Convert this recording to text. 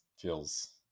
feels